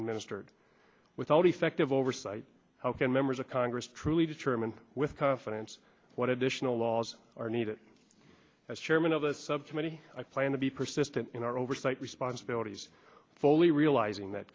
administered without effective oversight how can members of congress truly determine with confidence what additional laws are needed as chairman of the subcommittee i plan to be persistent in our oversight responsibilities fully realizing that